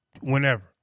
whenever